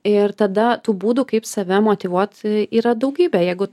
ir tada tų būdų kaip save motyvuot yra daugybė jeigu